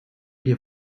dir